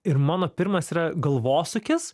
ir mano pirmas yra galvosūkis